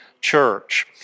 church